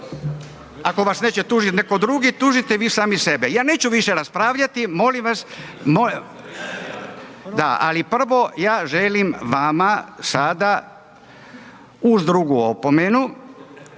Ako ga neće tužiti netko drugi, tužite vi sami sebe. Ja neću više raspravljati, molim vas, da ali, prvo ja želim vama, sada, uz drugu opomenu,